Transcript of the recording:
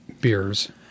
beers